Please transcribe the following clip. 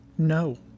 No